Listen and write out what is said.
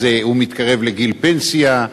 הוא מתקרב לגיל פנסיה?